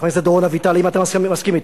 חבר הכנסת דורון אביטל, האם אתה מסכים אתי?